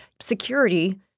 security